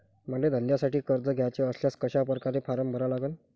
मले धंद्यासाठी कर्ज घ्याचे असल्यास कशा परकारे फारम भरा लागन?